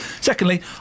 Secondly